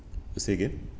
say again